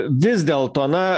vis dėlto na